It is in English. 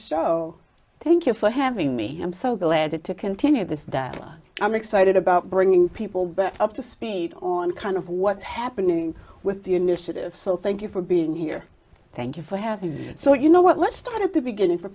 show thank you for having me i'm so glad to continue this dialogue i'm excited about bringing people back up to speed on kind of what's happening with the initiative so thank you for being here thank you for having me so you know what let's start at the beginning for